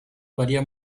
varía